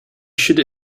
should